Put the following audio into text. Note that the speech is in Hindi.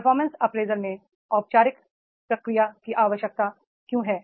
परफॉर्मेंस अप्रेजल में औपचारिक प्रक्रिया की आवश्यकता क्यों है